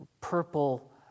purple